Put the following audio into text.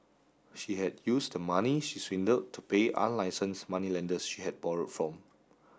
she had used the money she swindled to pay unlicensed moneylenders she had borrowed from